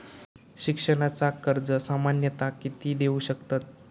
शिक्षणाचा कर्ज सामन्यता किती देऊ शकतत?